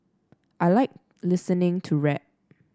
I like listening to rap